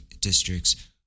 districts